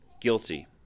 guilty